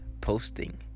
posting